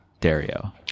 dario